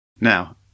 Now